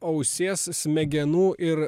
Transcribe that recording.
ausies smegenų ir